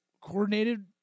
coordinated